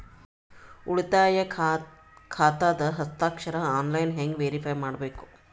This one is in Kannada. ಉಳಿತಾಯ ಖಾತಾದ ಹಸ್ತಾಕ್ಷರ ಆನ್ಲೈನ್ ಹೆಂಗ್ ವೇರಿಫೈ ಮಾಡಬೇಕು?